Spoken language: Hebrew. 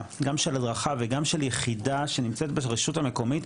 גם של הדרכה וגם של יחידה שנמצאת ברשות המקומית,